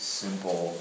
simple